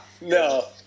no